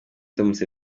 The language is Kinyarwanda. kaguta